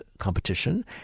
competition